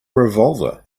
revolver